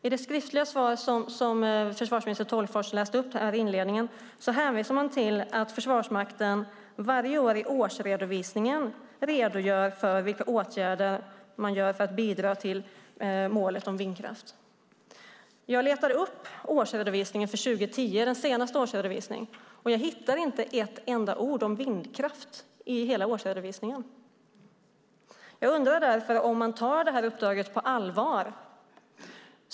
I det skriftliga svar som försvarsminister Tolgfors läste upp inledningsvis hänvisar man till att Försvarsmakten varje år i årsredovisningen redogör för vilka åtgärder man vidtar för att bidra till målet om vindkraft. Jag letade upp årsredovisningen för 2010, den senaste årsredovisningen. Men jag hittade inte ett enda ord om vindkraft i hela årsredovisningen. Jag undrar därför om man tar det här uppdraget på allvar.